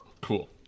Cool